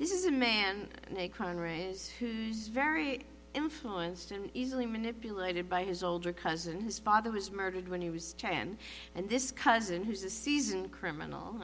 this is a man in a crime ring is who's very influenced and easily manipulated by his older cousin whose father was murdered when he was ten and this cousin who's a seasoned criminal